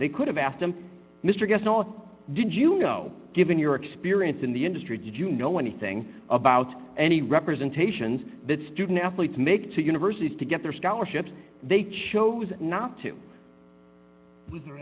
they could have asked them mr geffen all did you know given your experience in the industry did you know anything about any representations that student athletes make to universities to get their scholarships they chose not to